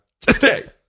today